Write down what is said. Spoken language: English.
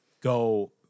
go